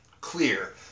clear